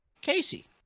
Casey